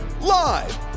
Live